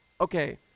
Okay